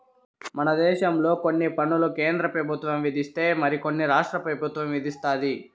మన దేశంలో కొన్ని పన్నులు కేంద్ర పెబుత్వం విధిస్తే మరి కొన్ని రాష్ట్ర పెబుత్వం విదిస్తది